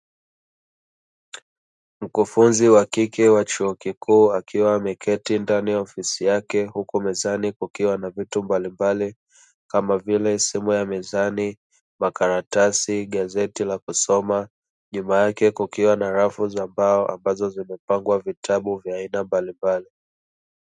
Mkufunzi wa kike wa chuo kikuu akiwa ameketi ndani ya ofisi yake huku mezani kukiwa na vitu mbalimbali kama vile: simu ya mezani, makaratasi, gazeti la kusoma; nyuma yake kukiwa na rafu za mbao ambazo zimepangwa vitabu vya aina mbalimbali.